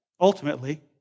ultimately